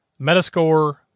Metascore